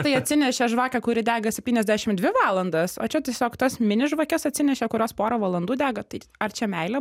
tai atsinešė žvakę kuri dega septyniasdešim dvi valandas o čia tiesiog tas mini žvakes atsinešė kurios porą valandų dega tai ar čia meilė